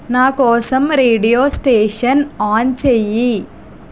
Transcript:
నా కోసం radio station on చెయ్యి